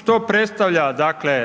Što predstavlja, dakle,